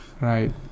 Right